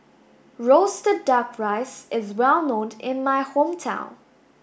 roasted duck rice is well known in my hometown